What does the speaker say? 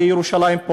בירושלים,